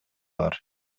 бар